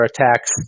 attacks